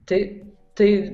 tai tai